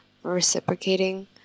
reciprocating